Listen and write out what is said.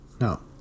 no